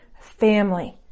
family